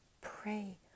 pray